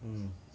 mm